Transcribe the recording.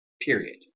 period